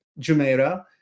Jumeirah